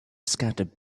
scattered